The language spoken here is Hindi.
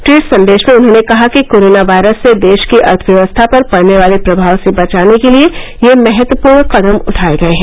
ट्वीट संदेश में उन्होंने कहा कि कोरोना वायरस से देश की अर्थव्यवस्था पर पडने वाले प्रभाव से बचाने के लिए ये महत्वपूर्ण कदम उठाए गए हैं